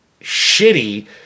shitty